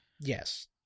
Yes